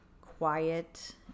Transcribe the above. quiet